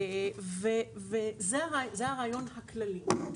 זה הרעיון הכללי.